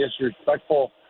disrespectful